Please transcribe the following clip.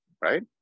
right